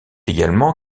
également